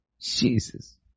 Jesus